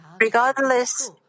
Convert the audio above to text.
regardless